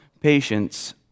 patience